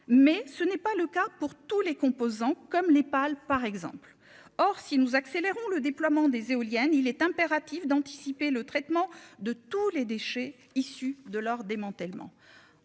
mais ce n'est pas le cas pour tous les composants, comme les pales, par exemple, or si nous accélérons le déploiement des éoliennes, il est impératif d'anticiper le traitement de tous les déchets issus de leur démantèlement